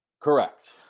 Correct